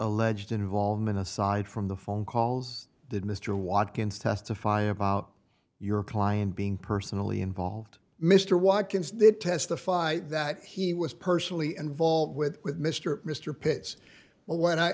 alleged involvement aside from the phone calls did mr watkins testify about your client being personally involved mr watkins did testify that he was personally involved with with mr mr pit